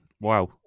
Wow